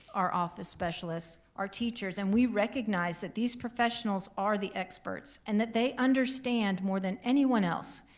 our office specialists, our teachers, and we recognize that these professionals are the experts, and that they understand more than anyone else.